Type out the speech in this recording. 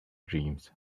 dreams